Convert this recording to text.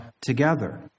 together